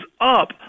up